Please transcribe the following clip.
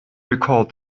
recalled